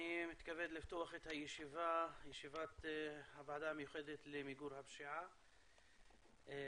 אני מתכבד לפתוח את ישיבת הוועדה המיוחדת למיגור הפשיעה והאלימות.